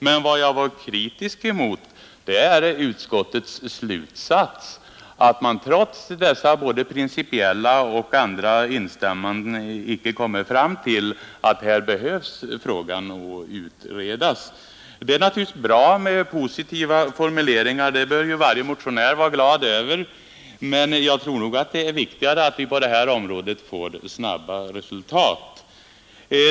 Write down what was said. Men vad jag var kritisk emot är att utskottet trots dessa både principiella och andra instämmanden icke kommer fram till att frågan behöver utredas. Det är naturligtvis bra med positiva formuleringar. Sådana bör ju varje motionär vara glad över, men det är nog viktigare att vi på detta område får snabba resultat.